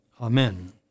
Amen